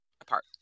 apart